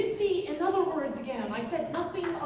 the in other words again um i said nothing